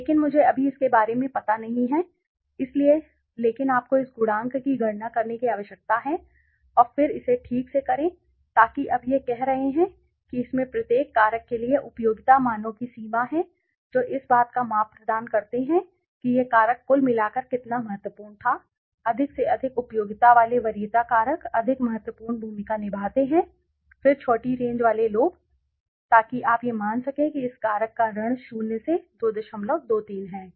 लेकिन मुझे अभी इसके बारे में पता नहीं है लेकिन आपको इस गुणांक की गणना करने की आवश्यकता है और फिर इसे ठीक से करें ताकि अब यह कह रहे हैं कि इसमें प्रत्येक कारक के लिए उपयोगिता मानों की सीमा है जो इस बात का माप प्रदान करते हैं कि यह कारक कुल मिलाकर कितना महत्वपूर्ण था अधिक से अधिक उपयोगिता वाले वरीयता कारक अधिक महत्वपूर्ण भूमिका निभाते हैं फिर छोटी रेंज वाले लोग ताकि आप यह मान सकें कि इस कारक का ऋण शून्य से 223 है